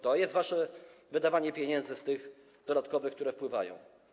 To jest wasze wydawanie pieniędzy z tych dodatkowych, które wpływają.